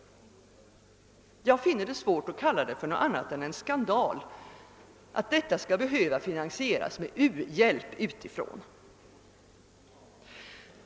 Jag finner det svårt att kalla det något annat än en skandal, att detta skall behöva finansieras med uhjälp utifrån.